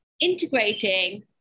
integrating